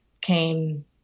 came